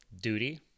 Duty